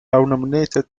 nominated